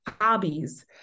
hobbies